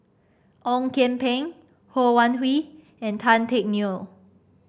Ong Kian Peng Ho Wan Hui and Tan Teck Neo